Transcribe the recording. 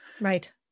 right